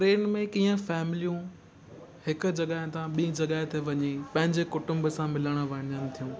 train में कीअं फैमलियूं हिकु जॻहिं था ॿीं जॻहिं ते वञी पंहिंजे कुटुंब सां मिलणु वञनि थियूं